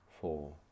Four